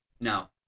now